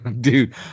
Dude